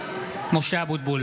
(קורא בשמות חברי הכנסת) משה אבוטבול,